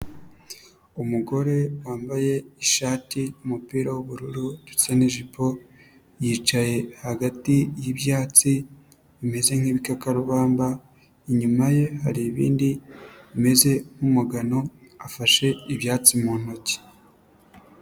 Umugore wambaye ishati n'umupira w'ubururu ndetse n'ijipo yicaye hagati y'ibyatsi bimeze nk'ibikakarubamba, inyuma ye hari ibindi bimeze nk'umugano afashe ibyatsi mu ntoki.